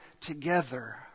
together